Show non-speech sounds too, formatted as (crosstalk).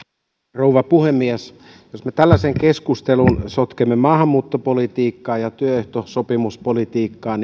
rouva puhemies jos me tällaiseen keskusteluun sotkemme maahanmuuttopolitiikkaa ja työehtosopimuspolitiikkaa (unintelligible)